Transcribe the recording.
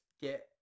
get